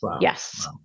Yes